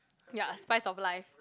ya spice of life